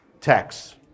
tax